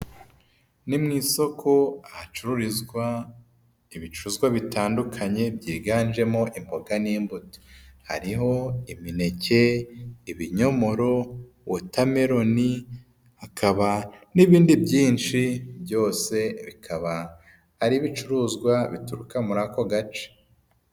Ni mu isoko ahacururizwa ibicuruzwa bitandukanye byiganjemo imboga n'imbuto, hariho imineke, ibinyomoro, wotameroni, hakaba n'ibindi byinshi byose bikaba ari ibicuruzwa bituruka muri ako gace.